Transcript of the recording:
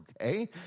okay